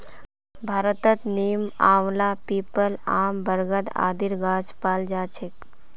भारतत नीम, आंवला, पीपल, आम, बरगद आदिर गाछ पाल जा छेक